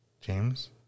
James